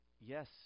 yes